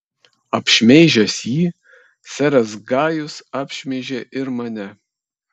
apšmeižęs jį seras gajus apšmeižė ir mane